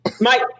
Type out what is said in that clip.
Mike